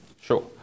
Sure